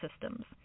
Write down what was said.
systems